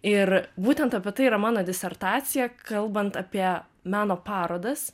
ir būtent apie tai yra mano disertacija kalbant apie meno parodas